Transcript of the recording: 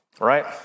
Right